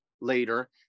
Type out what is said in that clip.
later